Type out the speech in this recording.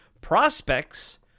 prospects